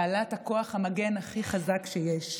בעלת כוח המגן החזק ביותר שיש.